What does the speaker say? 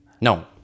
No